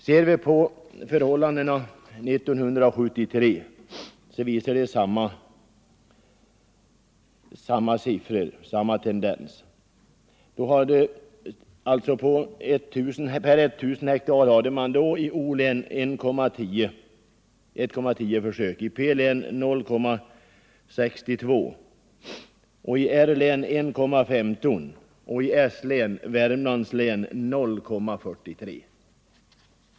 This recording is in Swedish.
Ser vi på förhållandena 1973 finner vi samma tendens. Då hade man per 1000 hektar åker i O-län 1,10 försök, i P-län 0,62, i R-län 1,15 och i S-län 0,43.